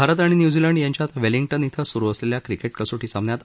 भारत आणि न्यझीलंड यांच्यात वेलिंगटन इथं सुरु असलेल्या क्रिकेट कसोटी सामन्यात